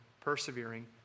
persevering